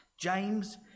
james